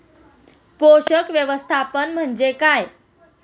पोषक व्यवस्थापन म्हणजे काय?